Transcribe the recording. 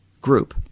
group